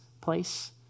place